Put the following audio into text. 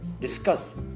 discuss